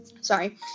sorry